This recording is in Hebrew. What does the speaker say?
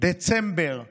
דצמבר 2020,